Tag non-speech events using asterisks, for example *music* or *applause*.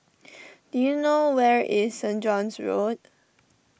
*noise* do you know where is Saint John's Road